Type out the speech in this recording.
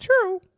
true